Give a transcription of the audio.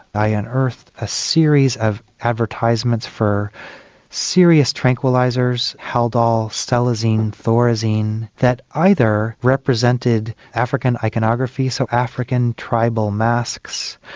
i unearthed a series of advertisements for serious tranquilisers, haldol, stelazine, thorazine that either represented african iconography, so african tribal masks,